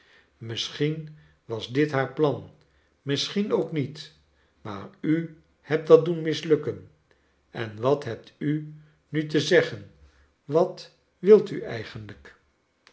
misschien was dit haar plan misschien ook niet maar u hebt dat doen mislukken en wat hebt u nu te zeggen wat wilt u eigenlijk